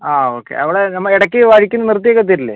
okay അവിടെ ഇടക്ക് വഴിക്ക് നിർത്തി ഒക്കെ തരില്ലേ